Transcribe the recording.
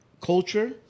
culture